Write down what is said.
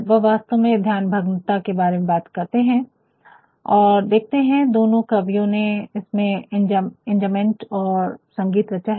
वह वास्तव में ध्यानभग्नता के बारे में बात करते है और देखते है कि दोनों कवियों ने इसमें एन्जामबड और संगीत रचा है